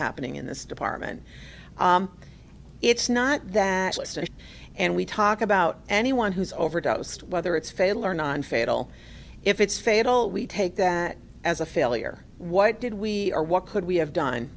happening in this department it's not that listed and we talk about anyone who's overdosed whether it's fail or non fatal if it's fatal we take that as a failure what did we are what could we have done